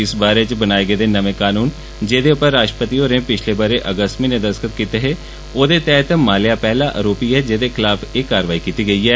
इस बारै च बनाए गेदे नमे कानून जेहदे उप्पर राश्ट्रपति हारें पिच्छले ब'रे अगस्त म्हीनें दस्तखत कीते हे दे तैहत माल्या पैहला आरोपी ऐ जेहदे खलाफ कारवाई कीती गेई ऐ